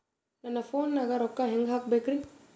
ನನ್ನ ಫೋನ್ ನಾಗ ರೊಕ್ಕ ಹೆಂಗ ಹಾಕ ಬೇಕ್ರಿ?